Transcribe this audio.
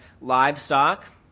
livestock